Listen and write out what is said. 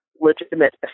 legitimate